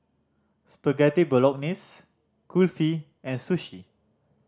Spaghetti Bolognese Kulfi and Sushi